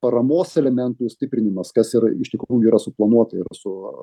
paramos elementų stiprinimas kas yra iš tikrųjų yra suplanuota ir su